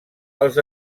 als